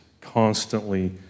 constantly